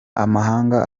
amahanga